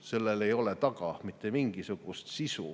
sellel ei ole taga mitte mingisugust sisu.